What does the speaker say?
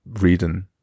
reading